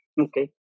Okay